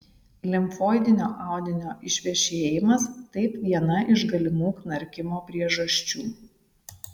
limfoidinio audinio išvešėjimas taip viena iš galimų knarkimo priežasčių